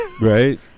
Right